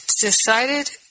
decided